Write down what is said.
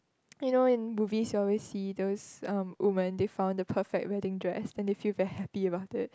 you know in movie we always see those um women they found the perfect wedding dress then they feel very happy about it